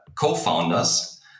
co-founders